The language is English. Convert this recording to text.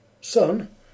Son